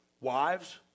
wives